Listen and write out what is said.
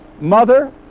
Mother